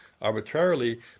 arbitrarily